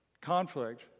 Conflict